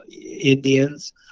Indians